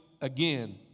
again